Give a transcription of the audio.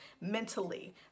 mentally